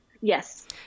Yes